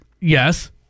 Yes